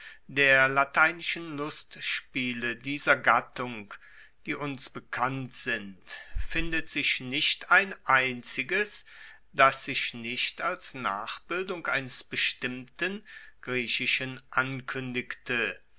der lateinischen lustspiele dieser gattung die uns bekannt sind findet sich nicht ein einziges das sich nicht als nachbildung eines bestimmten griechischen ankuendigte